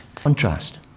contrast